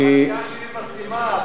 שלי מסכימה,